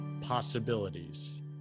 possibilities